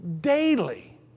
daily